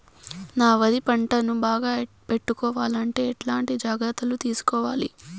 నా వరి పంటను బాగా పెట్టుకోవాలంటే ఎట్లాంటి జాగ్రత్త లు తీసుకోవాలి?